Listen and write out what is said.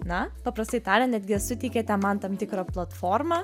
na paprastai tariant netgi suteikiate man tam tikrą platformą